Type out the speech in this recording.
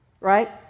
right